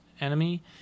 enemy